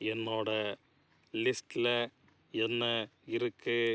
என்னோடய லிஸ்ட்டில் என்ன இருக்குது